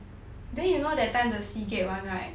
then you know that time the seagate one right